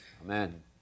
Amen